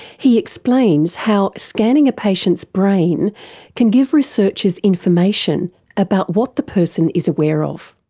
he explains how scanning a patient's brain can give researchers information about what the person is aware of.